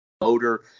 motor